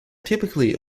typically